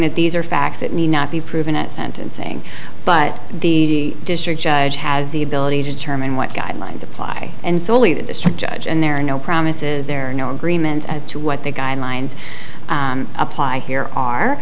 that these are facts it may not be proven at sentencing but the district judge has the ability to determine what guidelines apply and so only the district judge and there are no promises there are no agreements as to what the guidelines apply here are